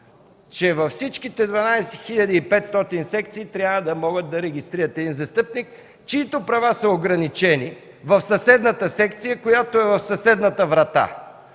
че във всичките 12 500 секции трябва да могат да регистрират един застъпник, чийто права са ограничени в съседната секция, която е в съседната врата.